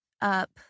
up